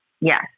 Yes